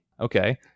Okay